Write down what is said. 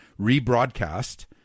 rebroadcast